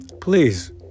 Please